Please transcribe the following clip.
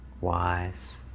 wise